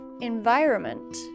environment